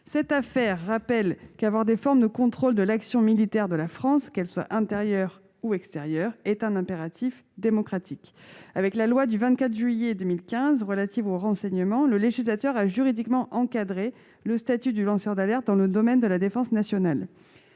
Cette affaire nous rappelle que le contrôle de l'action militaire de la France, qu'elle soit intérieure ou extérieure, est un impératif démocratique. Avec la loi du 24 juillet 2015 relative au renseignement, le législateur a juridiquement encadré le statut du lanceur d'alerte dans le domaine de la défense nationale.